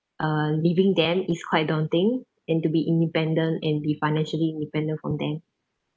uh leaving them is quite daunting and to be independent and be financially independent from them